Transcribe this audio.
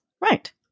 Right